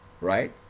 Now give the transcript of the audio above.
right